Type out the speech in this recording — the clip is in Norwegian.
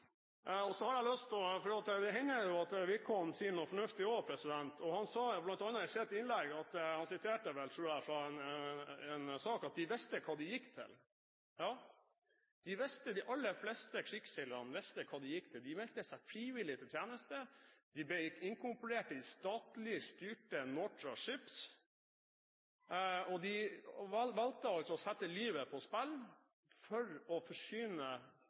Det hender at Wickholm også sier noe fornuftig. I sitt innlegg siterte han – tror jeg – fra en sang, at «de visste hva de gikk til». Ja, de aller fleste krigsseilerne visste hva de gikk til. De meldte seg frivillig til tjeneste, de ble inkorporert i det statlig styrte Nortraship, og de valgte å sette livet på spill for å forsyne